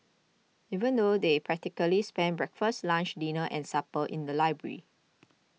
even though they practically spent breakfast lunch dinner and supper in the library